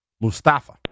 Mustafa